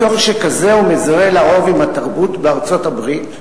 בתור שכזה הוא מזוהה לרוב עם התרבות בארצות-הברית.